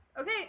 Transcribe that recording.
Okay